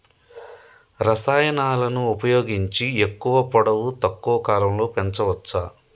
రసాయనాలను ఉపయోగించి ఎక్కువ పొడవు తక్కువ కాలంలో పెంచవచ్చా?